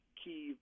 key